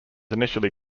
initially